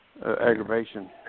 aggravation